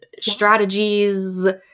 strategies